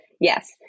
yes